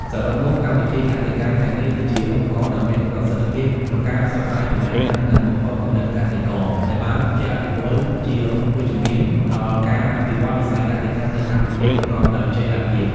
សរុបមក កម្មវិធីកសិកម្មទាំងនេះគឺជាឧបករណ៍ដ៏មានប្រសិទ្ធភាពក្នុងការផ្សព្វផ្សាយចំណេះដឹង និងបំផុសគំនិតកសិករ ដែលបានជះឥទ្ធិពលជាវិជ្ជមានដល់ការអភិវឌ្ឍវិស័យកសិកម្មនៅកម្ពុជាប្រកបដោយចីរភាព។